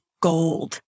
gold